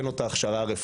אין לו את ההכשרה הרפואית,